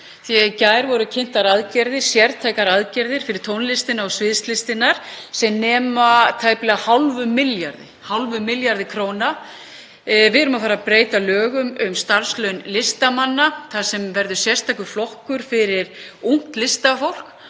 með. Í gær voru kynntar aðgerðir, sértækar aðgerðir, fyrir tónlistina og sviðslistirnar sem nema tæplega hálfum milljarði króna. Við erum að fara að breyta lögum um starfslaun listamanna þar sem verður sérstakur flokkur fyrir ungt listafólk.